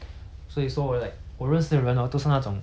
跟你一样 lah 就是 like